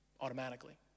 automatically